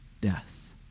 death